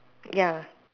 ya